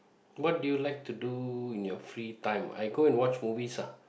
what do you like to do in your free time I go and watch movies ah